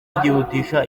ryihutisha